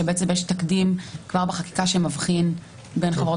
שבעצם כבר בחקיקה יש תקדים שמבחין בין חברות